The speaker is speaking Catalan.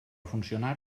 funcionar